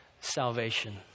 salvation